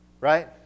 right